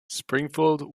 springfield